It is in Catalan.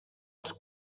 els